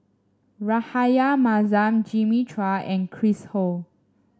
Rahayu Mahzam Jimmy Chua and Chris Ho